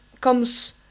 comes